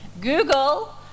Google